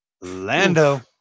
Lando